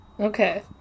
Okay